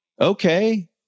Okay